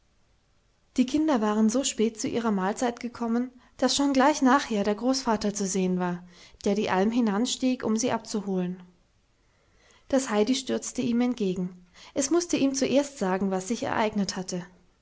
die kinder waren so spät zu ihrer mahlzeit gekommen daß schon gleich nachher der großvater zu sehen war der die alm hinanstieg um sie abzuholen das heidi stürzte ihm entgegen es mußte ihm zuerst sagen was sich ereignet hatte